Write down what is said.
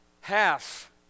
half